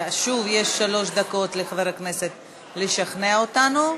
שוב יש שלוש דקות לחבר הכנסת לשכנע אותנו,